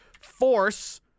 force